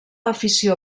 afició